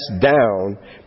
down